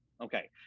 okay